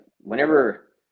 whenever